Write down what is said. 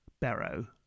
Barrow